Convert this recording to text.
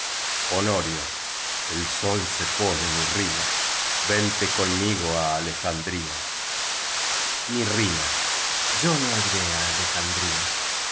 honorio el sol se pone mirrina vente conmigo á ale jandría mirrina yo no iré á alejandría